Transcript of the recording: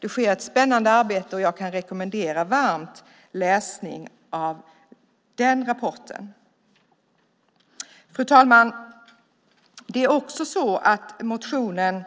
Det sker ett spännande arbete, och jag kan varmt rekommendera läsning av den rapporten. Fru talman! Av motionen